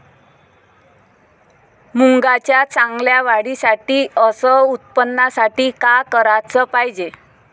मुंगाच्या चांगल्या वाढीसाठी अस उत्पन्नासाठी का कराच पायजे?